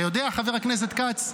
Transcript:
אתה יודע, חבר הכנסת כץ?